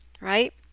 right